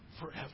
forever